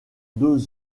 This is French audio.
deux